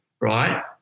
right